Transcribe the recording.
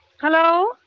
Hello